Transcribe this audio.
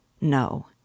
No